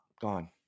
gone